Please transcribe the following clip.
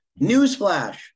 Newsflash